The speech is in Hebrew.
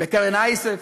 בקרן אייסף,